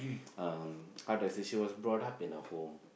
um how to say she was brought up in a home